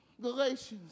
Galatians